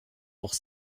noch